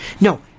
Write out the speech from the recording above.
No